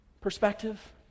perspective